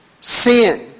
sin